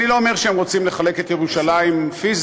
אני לא אומר שהם רוצים לחלק את ירושלים פיזית,